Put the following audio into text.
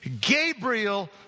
Gabriel